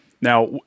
Now